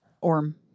Orm